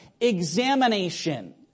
examination